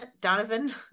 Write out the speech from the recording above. Donovan